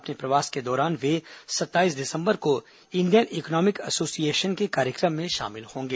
अपने प्रवास के दौरान वे सत्ताईस दिसंबर को इंडियन इकोनॉमिक एसोसिएशन के कार्यक्रम में शामिल होंगे